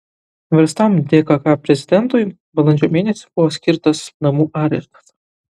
nuverstajam dkk prezidentui balandžio mėnesį buvo skirtas namų areštas